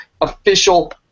official